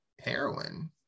heroin